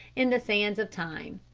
in the sands of time.